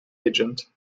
agent